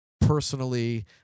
personally